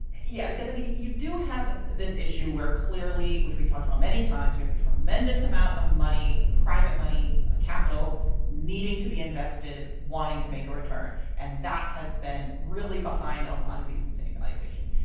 yeah. because i mean you do have this issue where clearly which we've talked about many times you have a tremendous amount of money private money of capital needing to be invested wanting to make a return. and that has been really behind a lot of these insane valuations.